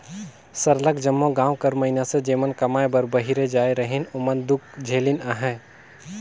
सरलग जम्मो गाँव कर मइनसे जेमन कमाए बर बाहिरे जाए रहिन ओमन दुख झेलिन अहें